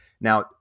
Now